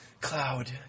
Cloud